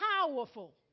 powerful